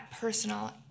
personal